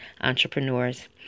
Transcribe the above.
entrepreneurs